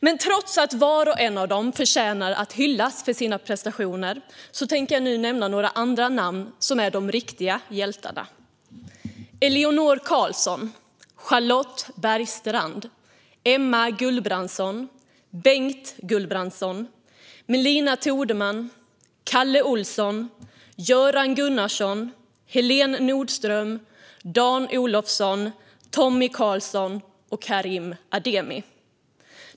Men trots att var och en av dem förtjänar att hyllas för sina prestationer tänker jag nu nämna några andra namn, nämligen namn på dem som är de riktiga hjältarna. Eleonor Karlsson. Charlotte Bergstrand. Emma Gullbrandson. Bengt Gullbrandson. Melina Thordeman. Kalle Olsson. Göran Gunnarsson. Helene Nordström. Dan Olofsson. Tommy Karlsson. Karim Ademi.